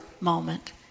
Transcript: moment